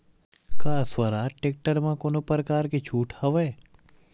का स्वराज टेक्टर म कोनो प्रकार के छूट हवय?